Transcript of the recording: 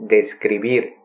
Describir